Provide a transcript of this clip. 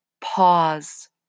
pause